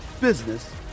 business